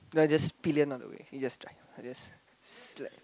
no I just pillion all the way you just drive I just slack